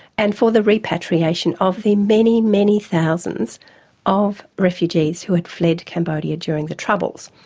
and for the repatriation of the many, many thousands of refugees who had fled cambodia during the troubles.